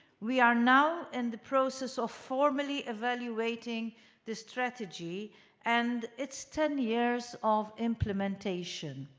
we are now in the process of formally evaluating the strategy and its ten years of implementation.